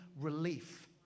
relief